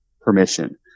permission